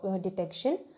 detection